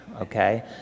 Okay